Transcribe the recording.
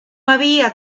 había